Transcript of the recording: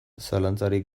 zalantzarik